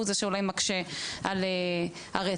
הוא זה שאולי מקשה על הרצף.